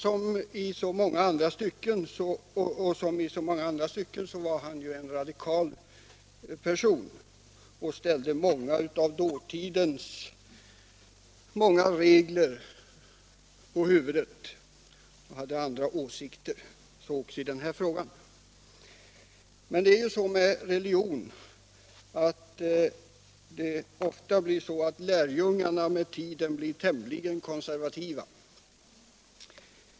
Som i så många andra stycken var han här en radikal person, ställde många av dåtidens regler på huvudet och hade andra åsikter. Men det är ju så med religion att lärjungar ofta med tiden blir tämligen konservativa.